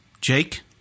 Jake